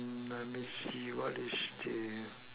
mm let me see what is this